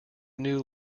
new